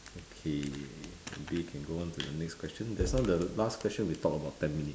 okay maybe we can go on to the next question just now the last question we talk about ten minutes